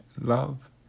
love